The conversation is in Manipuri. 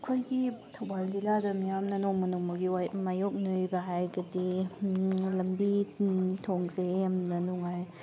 ꯑꯩꯈꯣꯏꯒꯤ ꯊꯧꯕꯥꯜ ꯖꯤꯜꯂꯥꯗ ꯃꯤꯌꯥꯝꯅ ꯅꯣꯡꯃ ꯅꯣꯡꯃꯒꯤ ꯃꯥꯏꯌꯣꯛꯅꯔꯤꯕ ꯍꯥꯏꯔꯒꯗꯤ ꯂꯝꯕꯤ ꯊꯣꯡꯁꯦ ꯌꯥꯝꯅ ꯅꯨꯡꯉꯥꯏ